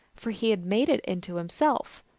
for he had made it into himself.